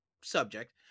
subject